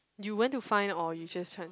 you went to find or you just